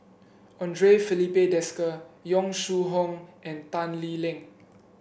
Andre Filipe Desker Yong Shu Hoong and Tan Lee Leng